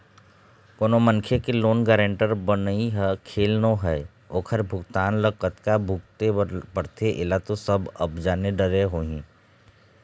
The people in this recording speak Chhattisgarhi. कोनो मनखे के लोन गारेंटर बनई ह खेल नोहय ओखर भुगतना ल कतका भुगते बर परथे ऐला तो सब अब जाने डरे होहूँ